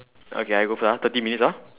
okay I go first ah thirty minutes ah